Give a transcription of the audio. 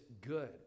good